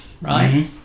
right